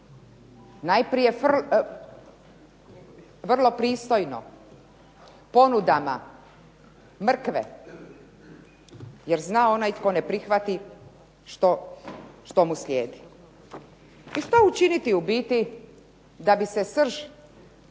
najprije vrlo pristojno, ponudama, mrkve, jer zna onaj tko ne prihvati što mu slijedi. Što učiniti u biti da bi se srž,